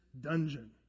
dungeon